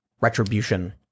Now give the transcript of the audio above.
retribution